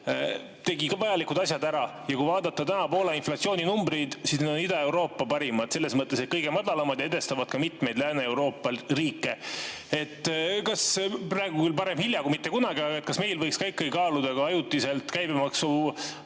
tegi vajalikud asjad ära. Kui vaadata täna Poola inflatsiooninumbreid, siis need on Ida-Euroopa parimad – selles mõttes, et on kõige madalamad ja edestavad ka mitmeid Lääne-Euroopa riike. Kas praegu – parem hilja kui mitte kunagi – võiksime meie ka ikkagi kaaluda ajutiselt käibemaksu